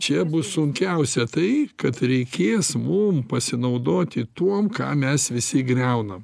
čia bus sunkiausia tai kad reikės mum pasinaudoti tuom ką mes visi griaunam